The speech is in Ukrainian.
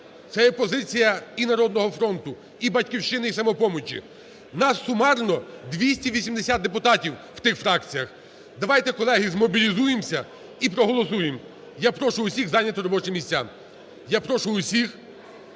Це є позиція і "Народного фронту" , і "Батьківщини", і "Самопомочі", нас сумарно 280 депутатів в тих фракціях. Давайте, колеги, змобілізуємося і проголосуємо. Я прошу усіх зайняти робочі місця. Я прошу усіх